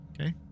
Okay